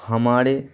ہمارے